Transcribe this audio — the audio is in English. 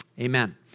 Amen